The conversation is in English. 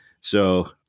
So-